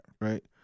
right